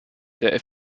der